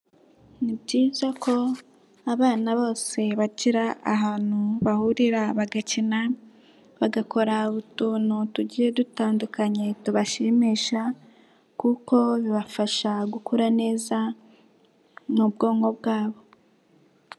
Ni byiza ko abana bose bagira ahantu bahurira bagakina, bagakora utuntu tugiye dutandukanye tubashimisha, kuko bibafasha gukura neza mu bwonko bwabo.